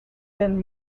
been